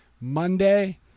Monday